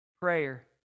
prayer